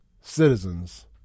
citizens